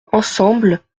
ensemble